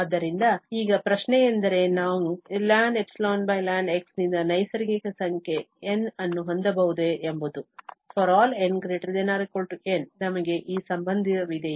ಆದ್ದರಿಂದ ಈಗ ಪ್ರಶ್ನೆಯೆಂದರೆ ನಾವು ln∈lnx ನಿಂದ ನೈಸರ್ಗಿಕ ಸಂಖ್ಯೆ N ಅನ್ನು ಹೊಂದಬಹುದೇ ಎಂಬುದು ∀ n ≥ N ನಮಗೆ ಈ ಸಂಬಂಧವಿದೆಯೇ